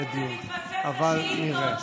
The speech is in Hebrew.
זה מתווסף לשאילתות.